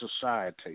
society